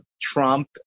Trump